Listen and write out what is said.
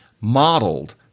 modeled